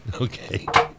Okay